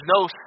no